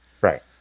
Right